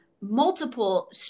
multiple